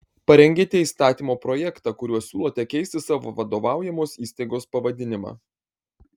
parengėte įstatymo projektą kuriuo siūlote keisti savo vadovaujamos įstaigos pavadinimą